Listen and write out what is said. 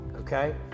okay